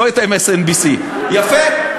לא את MSNBC. יפה,